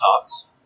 talks